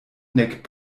nek